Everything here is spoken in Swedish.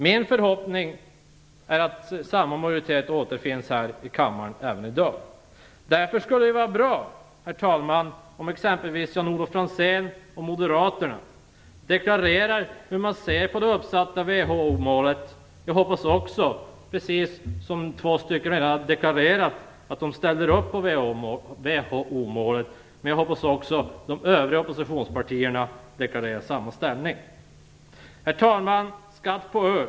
Min förhoppning är att samma majoritet återfinns här i kammaren även i dag. Därför skulle det vara bra, herr talman, om exempelvis Jan-Olov Franzén och moderaterna deklarerar hur man ser på det uppsatta WHO-målet. Jag hoppas att de, precis som två andra representanter för oppositionspartierna, deklarar sin ställning vad gäller detta mål, och jag hoppas också att de övriga oppositionspartierna deklarerar samma inställning. Herr talman! Jag vill säga några ord om skatt på öl.